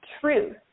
truth